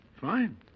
Fine